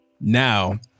now